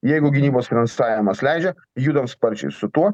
jeigu gynybos finansavimas leidžia judam sparčiai su tuo